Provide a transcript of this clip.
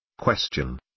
Question